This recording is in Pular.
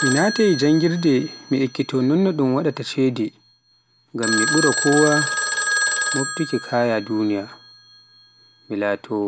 mi natai janngirde, mi ekkito nonno un waɗata shede ngam ɓura kowa moɓtuki kaya dunya, mi laato